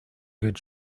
good